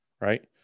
right